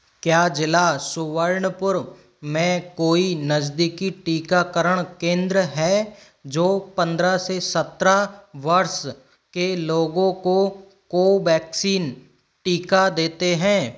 क्या जिला सुवर्णपुर में कोई नजदीकी टीकाकरण केंद्र है जो पंद्रह से सत्रह वर्ष के लोगों को कोवैक्सीन टीका देते हैं